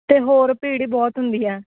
ਤੇ ਹੋਰ ਭੀੜ ਹੀ ਬਹੁਤ ਹੁੰਦੀ ਹੈ